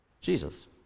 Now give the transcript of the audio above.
Jesus